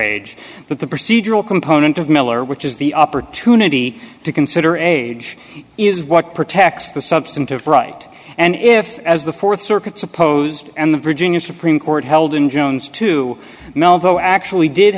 age but the procedural component of miller which is the opportunity to consider age is what protects the substantive right and if as the th circuit supposed and the virginia supreme court held in jones to mel though actually did